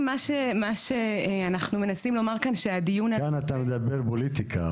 כאן אתה מדבר על פוליטיקה,